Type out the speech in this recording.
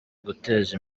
guteza